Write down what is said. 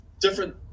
different